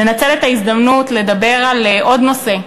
לנצל את ההזדמנות ולדבר על עוד נושא,